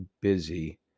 busy